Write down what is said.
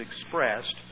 expressed